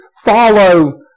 follow